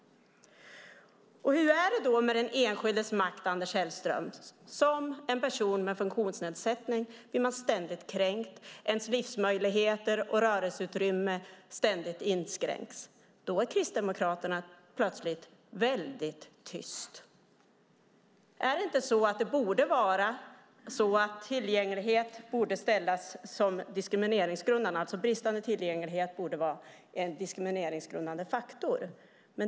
Hur är det med den enskildes makt, Anders Sellström? En person med funktionsnedsättning blir ständigt kränkt. Livsmöjligheter och rörelseutrymme inskränks ständigt. Då är Kristdemokraterna plötsligt tysta. Borde inte bristande tillgänglighet vara en diskrimineringsgrundande faktor?